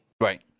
Right